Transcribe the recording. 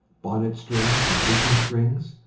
bonnet-strings and apron-strings,